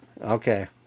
okay